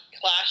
Clash